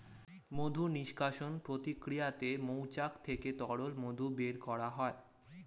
মধু নিষ্কাশণ প্রক্রিয়াতে মৌচাক থেকে তরল মধু বের করা হয়